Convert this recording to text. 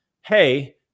hey